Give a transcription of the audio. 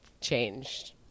changed